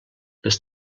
les